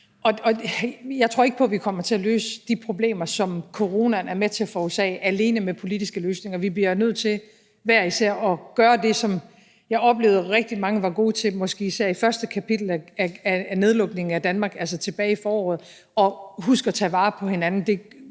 Jeg tror ikke på, at vi kommer til at løse de problemer, som coronaen er med til at forårsage, alene med politiske løsninger. Vi bliver nødt til hver især at gøre det, som jeg oplevede rigtig mange var gode til måske især i første kapitel af nedlukningen af Danmark, altså tilbage i foråret, og huske at tage vare på hinanden.